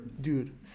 dude